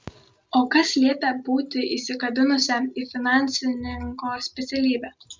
o kas liepia būti įsikabinusiam į finansininko specialybę